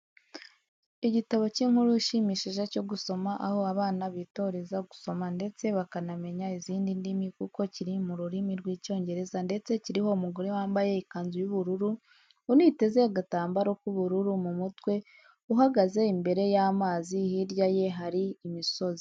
Igitabo cy'inkuru ishimishije cyo gusoma aho abana bitoreza guoma ndetse bakanamenya izindi ndimi kuko kiri mu rurimi rw'icyongereza ndetse kiriho umugore wambaye ikanzu y'ubururu, uniteze agatambaro k'ubururu mu mutwe uhagze imbere y'amazi, hirya ye hari imisozi.